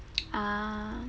ah